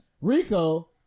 Rico